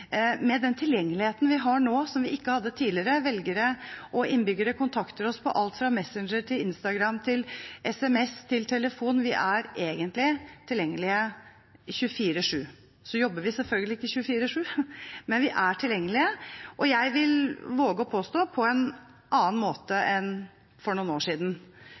med den tilgjengeligheten vi har nå, som vi ikke hadde tidligere – velgere og innbyggere kontakter oss på alt fra Messenger til Instagram, SMS og telefon – er vi egentlig tilgjengelige 24/7. Vi jobber selvfølgelig ikke 24/7, men vi er tilgjengelige, og jeg vil våge å påstå at vi er tilgjengelige på en annen måte enn for noen år siden,